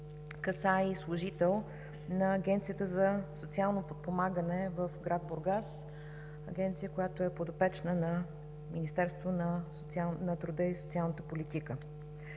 и служител на Агенцията за социално подпомагане в град Бургас – агенция, която е подопечна на Министерство на труда и социалната политика.